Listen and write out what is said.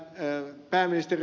arvoisa puhemies